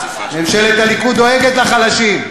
ממשלת הליכוד דואגת לחלשים.